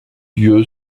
lieu